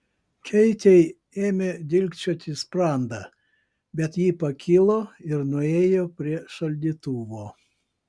keitei ėmė dilgčioti sprandą bet ji pakilo ir nuėjo prie šaldytuvo